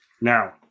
Now